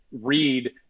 read